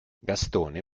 gastone